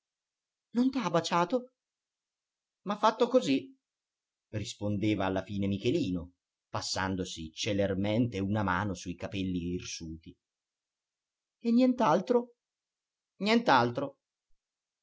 notajo non t'ha baciato m'ha fatto così rispondeva alla fine michelino passandosi celermente una mano sui capelli